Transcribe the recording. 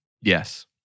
Yes